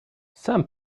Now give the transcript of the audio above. some